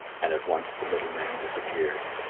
and at once the little man disappeared.